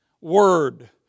word